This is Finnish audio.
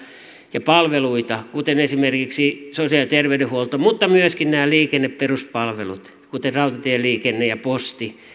ja palveluita kuten esimerkiksi sosiaali ja terveydenhuoltoa mutta myöskin näitä liikenneperuspalveluita kuten rautatieliikennettä ja postia